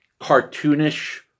cartoonish